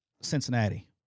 Cincinnati